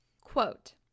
Quote